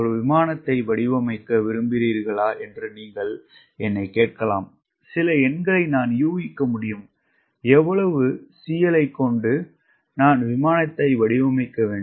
ஒரு விமானத்தை வடிவமைக்க விரும்புகிறீர்களா என்று நீங்கள் என்னை கேட்கலாம் சில எண்களை நான் யூகிக்க வேண்டும் எவ்வளவு CL ஐ கொண்டு நான் விமானத்தை வடிவமைக்க வேண்டும்